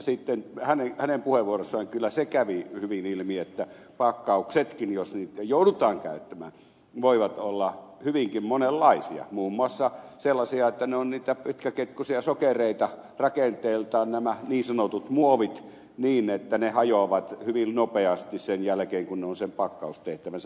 sitten hänen puheenvuorossaan kyllä se kävi hyvin ilmi että pakkauksetkin jos niitä joudutaan käyttämään voivat olla hyvinkin monenlaisia muun muassa sellaisia että ne ovat niitä pitkäketjuisia sokereita rakenteeltaan nämä niin sanotut muovit niin että ne hajoavat hyvin nopeasti sen jälkeen kun ne ovat sen pakkaustehtävänsä tehneet